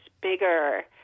bigger